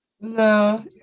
No